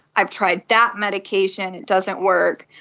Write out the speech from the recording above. i've tried that medication it doesn't work.